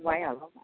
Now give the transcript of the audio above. भयो हला हौ